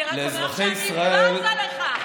אני רק אומר שאני בזה לך.